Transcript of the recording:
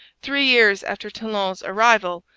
three years after talon's arrival,